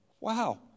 Wow